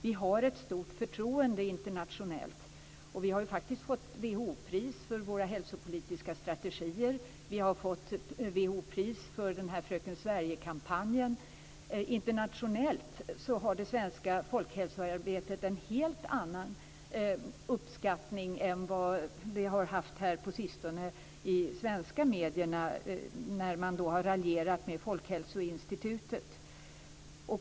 Vi har ett stort förtroende internationellt. Vi har faktiskt fått ett WHO-pris för våra hälsopolitiska strategier. Vi har fått ett WHO-pris för fröken Sverige-kampanjen. Internationellt har det svenska folkhälsoarbetet fått en helt annan uppskattning än det har fått på sistone i svenska medier där man har raljerat med Folkhälsoinstitutet.